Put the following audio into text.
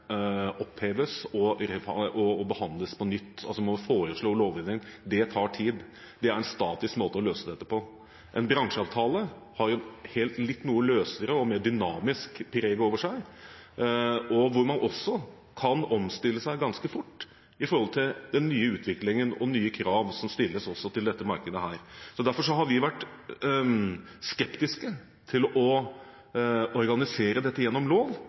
statisk måte å løse dette på. En bransjeavtale har et noe løsere og mer dynamisk preg over seg, hvor man også kan omstille seg ganske fort til den nye utviklingen og nye krav som stilles også til dette markedet. Derfor har vi vært skeptiske til å organisere dette gjennom lov.